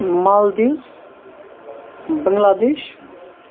Maldives Bangladesh